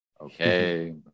Okay